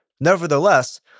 Nevertheless